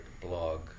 blog